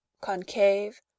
concave